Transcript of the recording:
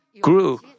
grew